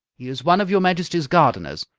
he is one of your majesty's gardeners,